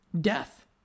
death